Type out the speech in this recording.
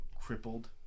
crippled